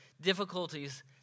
difficulties